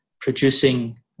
producing